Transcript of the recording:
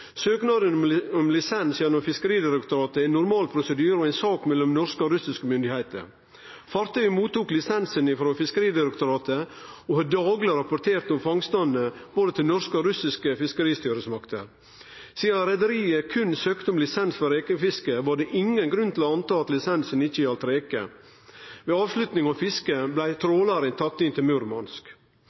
Søknaden om lisens gjennom Fiskeridirektoratet er normal prosedyre og ei sak mellom norske og russiske myndigheiter. Fartøyet fekk lisensen frå Fiskeridirektoratet og har dagleg rapportert om fangstane til både norske og russiske fiskeristyresmakter. Sidan reiarlaget berre søkte om lisens for rekefiske, var det ingen grunn til å tru at lisensen ikkje gjaldt reke. Ved avslutning av fisket blei trålaren tatt inn til Murmansk,